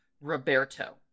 Roberto